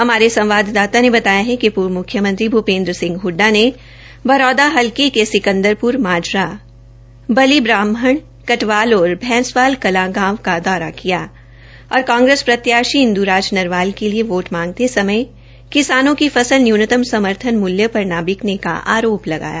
हमारे संवाददाता ने बताया कि पूर्व म्ख्यमंत्री भूपेन्द्र सिंह हडडा ने बरौदा हलके के सिंकदरपुर मा रा बलि ब्राह्मण् कटवाल और भैंसवाल कलां गांव का दौरा किया और कांग्रेस प्रत्याशी इंद्रा नरवाल के लिए वोट मांगते समय किसानों की फसल न्यनूतम समर्थन मूल्य पर न बिकने का आरोप लगाया